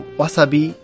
wasabi